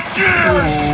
years